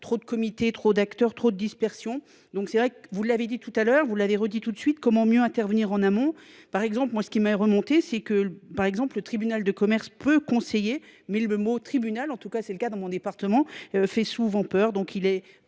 trop de comités, trop d'acteurs, trop de dispersions. Donc c'est vrai que vous l'avez dit tout à l'heure, vous l'avez redit tout de suite, comment mieux intervenir en amont. Par exemple, moi ce qui m'a remontée, c'est que par exemple le tribunal de commerce peut conseiller mais le mot tribunal, en tout cas c'est le cas dans mon département, fait souvent peur. Donc il est